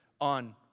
on